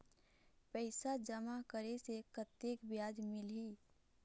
पैसा जमा करे से कतेक ब्याज मिलही?